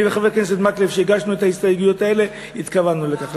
אני וחבר הכנסת מקלב שהגשנו את ההסתייגויות האלה התכוונו לכך.